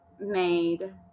made